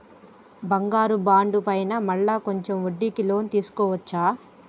బంగారు బాండు పైన మళ్ళా కొంచెం వడ్డీకి లోన్ తీసుకోవచ్చా?